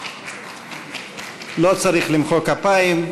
לא צריך למחוא כפיים.